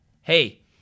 hey